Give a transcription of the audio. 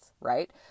right